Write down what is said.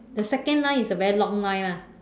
the second line is the very long line ah